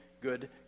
good